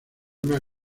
una